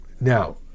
Now